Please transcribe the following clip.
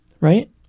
right